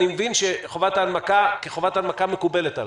אני מבין שחובת הנמקה כחובת הנמקה מקובלת עליך?